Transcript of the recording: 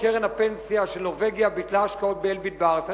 קרן הפנסיה של נורבגיה ביטלה השקעות ב"אלביט" בארץ,